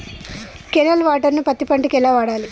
Canal water ను పత్తి పంట కి ఎలా వాడాలి?